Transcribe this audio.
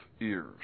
ears